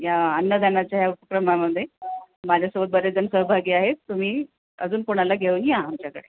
या अन्नदानाच्या ह्या उपक्रमामध्ये माझ्यासोबत बरेचजण सहभागी आहेत तुम्ही अजून कोणाला घेऊन या आमच्याकडे